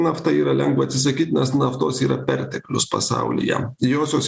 nafta yra lengva atsisakyt nes naftos yra perteklius pasaulyje josios